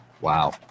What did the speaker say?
Wow